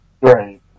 Right